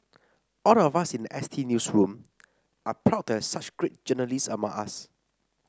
all of us in the S T newsroom are proud to have such great journalists among us